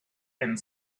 and